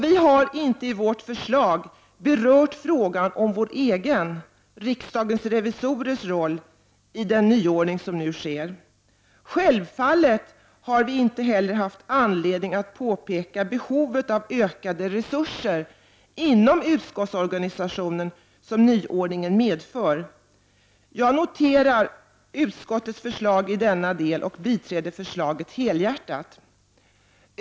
Vi har inte i vårt förslag berört frågan om vår egen — riksdagens revisorers — roll i den nyordning som nu sker. Självfallet har vi inte heller haft anledning att påpeka behovet av ökade resurser inom utskottsorganisationen som nyordningen medför. Jag noterar utskottets förslag i denna del och biträder förslaget helhjärtat.